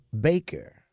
Baker